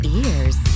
ears